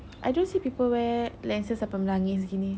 I don't see people wear lenses sampai menangis gini